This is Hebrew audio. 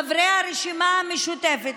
חברי הרשימה המשותפת,